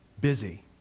Busy